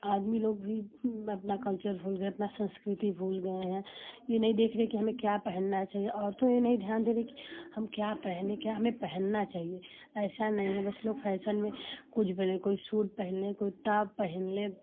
आदमी लोग भी अपना कल्चर भूल गए अपनी सँस्कृति भूल गए हैं यही नहीं देख रहे कि हमें क्या पहनना चाहिए औरतें नहीं ध्यान दे रही कि हम क्या पहनें हमें क्या पहनना चाहिए ऐसा नहीं है बस लोग फ़ैशन में कुछ भी कोई सूट पहने कोई टॉप पहन ले